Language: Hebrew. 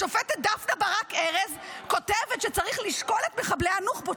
השופטת דפנה ברק ארז כותבת שצריך לשקול את מחבלי הנוח'בות,